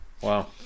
wow